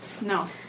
No